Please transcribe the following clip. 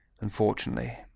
Unfortunately